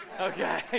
Okay